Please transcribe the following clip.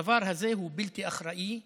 הדבר הזה הוא בלתי אחראי בעליל,